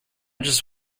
just